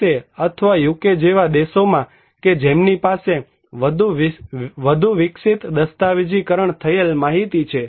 S અથવા UK જેવા દેશોમાં કે જેમની પાસે વધુ વિકસિત દસ્તાવેજીકરણ થયેલ માહિતી છે